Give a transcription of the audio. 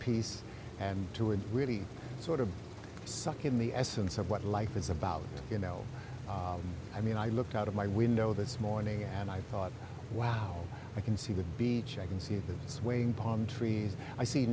peace and to and really sort of suck in the essence of what life is about you know i mean i looked out of my window this morning and i thought wow i can see the beach i can see the swaying palm trees i see